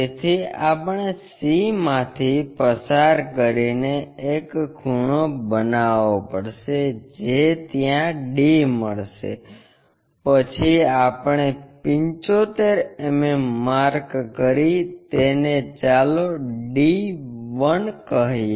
તેથી આપણે c માંથી પસાર કરીને એક ખૂણો બનાવવો પડશે જે ત્યાં d મળશે પછી આપણે 75 mm માર્ક કરી તેને ચાલો d 1 કહીએ